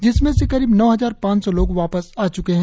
जिसमें से करीब नौ हजार पांच सौ लोग वापस आ च्के है